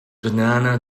banana